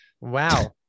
wow